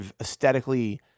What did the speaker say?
aesthetically